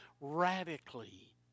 radically